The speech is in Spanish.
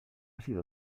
sido